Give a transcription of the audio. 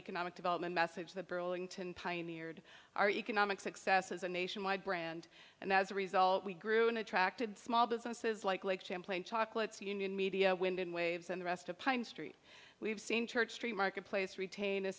economic development message that burlington pioneered our economic success as a nationwide brand and as a result we grew and attracted small businesses like lake champlain chocolates union media wind and waves and the rest of pine street we have seen church street marketplace retain a